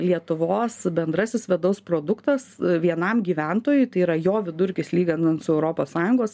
lietuvos bendrasis vidaus produktas vienam gyventojui tai yra jo vidurkis lyginant su europos sąjungos